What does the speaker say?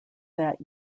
that